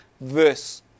verse